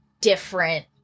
different